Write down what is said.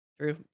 true